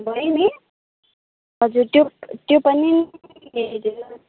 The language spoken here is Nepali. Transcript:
भयो नि हजुर त्यो त्यो पनि